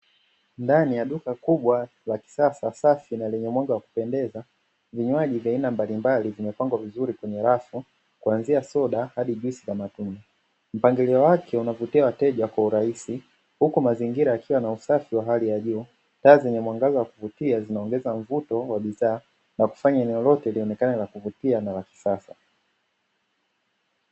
Ndani ya duka kubwa la kisasa safi na lenye mwanga wa kupendeza vinywaji vya aina mbalimbali vimepangwa vizuri kwenye rafu kuanzia soda hadi juisi za matunda, mpangilio wake unavutia wateja kwa urahisi huku mazingira yakiwa na usafi wa hali ya juu, taa zenye mwanga wa kuvutia zinaongeza mvuto wa bidhaa na kufanya eneo lote lionekane la kuvutia na lakisasa.